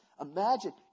Imagine